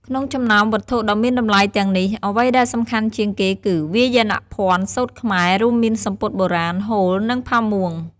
ក្នុងចំណោមវត្ថុដ៏មានតម្លៃទាំងនេះ អ្វីដែលសំខាន់ជាងគេគឺ វាយនភ័ណ្ឌសូត្រខ្មែរ រួមមានសំពត់បុរាណ ហូល និងផាមួង។